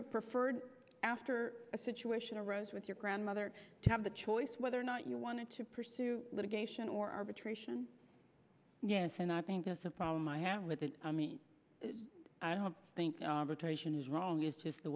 have preferred after a situation arose with your grandmother to have the choice whether or not you wanted to pursue litigation or arbitration and i think that's a problem i have with it i don't think it is wrong it is the